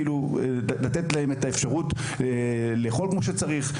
לתת להם את האפשרות לאכול כמו שצריך,